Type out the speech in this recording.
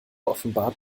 offenbart